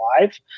live